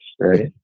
Right